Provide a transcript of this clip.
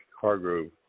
Hargrove